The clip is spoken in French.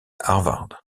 harvard